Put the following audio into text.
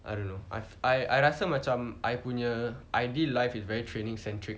I don't know I rasa macam I punya ideal life is very training centric